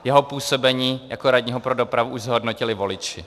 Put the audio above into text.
Jeho působení jako radního pro dopravu už zhodnotili voliči.